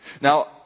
Now